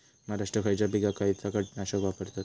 महाराष्ट्रात खयच्या पिकाक खयचा कीटकनाशक वापरतत?